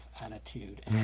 attitude